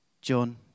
John